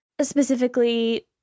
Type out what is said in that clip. specifically